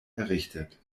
errichtet